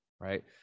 right